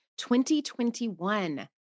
2021